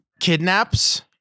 kidnaps